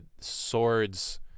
swords